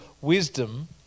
wisdom